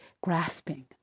grasping